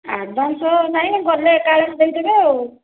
advance ନାହିଁ ଗଲେ ଏକାବେଳେ ଦେଇଦେବେ ଆଉ